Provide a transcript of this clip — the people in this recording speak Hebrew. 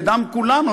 בדם כולנו,